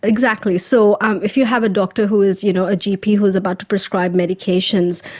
exactly. so if you have a doctor who is you know a gp who is about to prescribe medications,